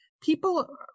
people